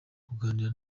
kuganira